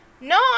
no